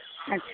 अच्छा